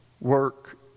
work